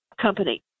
company